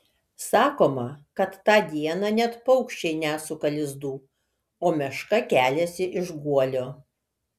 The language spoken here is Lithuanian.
sakoma kad tą dieną net paukščiai nesuka lizdų o meška keliasi iš guolio